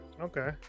Okay